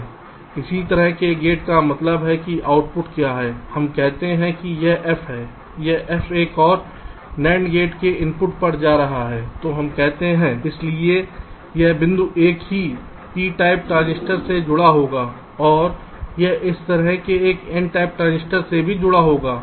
इसी तरह के गेट का मतलब है कि आउटपुट क्या है हम कहते हैं कि यह f है यह f एक और NAND गेट के इनपुट पर जा रहा है तो हम कहते हैं इसलिए यह बिंदु एक पी टाइप ट्रांजिस्टर से जुड़ा होगा और यह इस तरह से एक n टाइप ट्रांजिस्टर से भी जुड़ा होगा